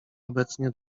obecnie